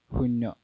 শূন্য